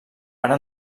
ara